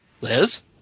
Liz